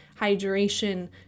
hydration